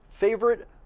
favorite